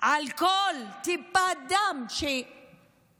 על כל טיפת דם שנשפכת,